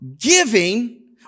giving